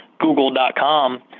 google.com